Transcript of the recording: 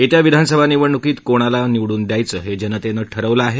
येत्या विधानसभा निवडणुकीत कोणला निवडून द्यायचं हे जनतेनं ठरवलं आहे